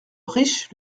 riche